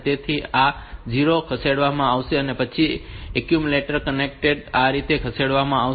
તેથી આ 0 ખસેડવામાં આવશે અને પછી એક્યુમ્યુલેટર કન્ટેન્ટ આ રીતે ખસેડવામાં આવશે